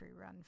run